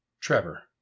Trevor